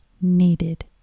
needed